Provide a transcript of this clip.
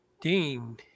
Dean